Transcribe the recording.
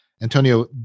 Antonio